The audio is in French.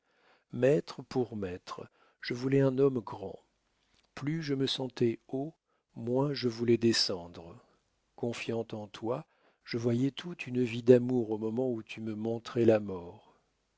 maître pour maître je voulais un homme grand plus je me sentais haut moins je voulais descendre confiante en toi je voyais toute une vie d'amour au moment où tu me montrais la mort